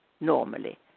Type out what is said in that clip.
normally